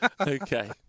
Okay